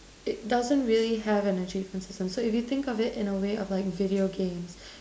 it doesn't really have an achievement system so if you think of it in a way of like video games